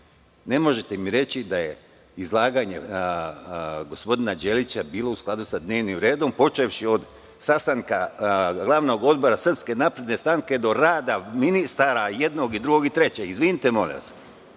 Ne možete mi reći da je izlaganje gospodina Đelića bilo u skladu sa dnevnim redom počevši od sastanka glavnog odbora SNS do rada ministara jednog, drugog, trećeg. Izvinite molim